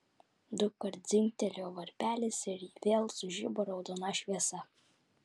dukart dzingtelėjo varpelis ir vėl sužibo raudona šviesa